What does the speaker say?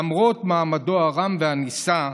למרות מעמדו הרם והנישא,